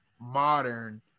modern